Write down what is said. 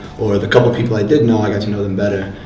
or the couple of people i did know, i got to know them better.